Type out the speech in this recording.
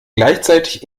gleichzeitig